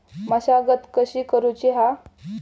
मशागत कशी करूची हा?